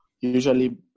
usually